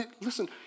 listen